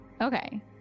Okay